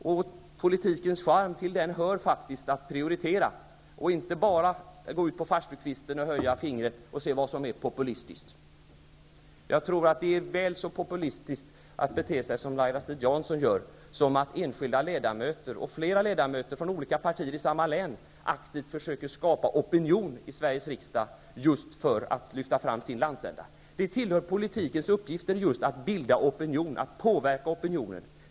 Till politikens charm hör faktiskt att prioritera och inte bara gå ut på farstukvisten och höja fingret för att känna efter vad som är populistiskt. Att att bete sig som Laila Strid-Jansson gör är lika populistiskt som när enskilda ledamöter och flera ledamöter från olika partier i samma län aktivt försöker skapa opinion i Sveriges riksdag i syfte att lyfta fram sin landsända. Det tillhör just politikens uppgifter att bilda opinion och att påverka opinionen.